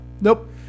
Nope